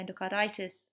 endocarditis